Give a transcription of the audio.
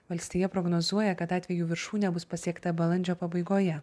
valstija prognozuoja kad atvejų viršūnė bus pasiekta balandžio pabaigoje